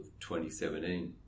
2017